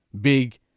big